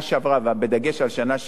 ובדגש על שנה שעברה,